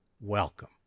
welcome